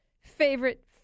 favorite